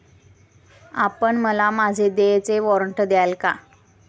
आपण मला माझे देयचे वॉरंट द्याल का?